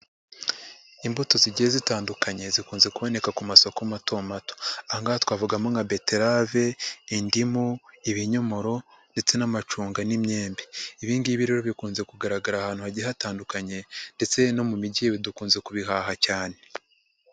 Imbuto zigiye zitandukanye zikunze kuboneka ku masoko mato mato, aha ngaha twavugamo nka beterave, indimu, ibinyomoro ndetse n'amacunga n'imyembe, ibi ngibi rero bikunze kugaragara ahantu hagiye hatandukanye ndetse no mu mijyi dukunze kubihaha cyane.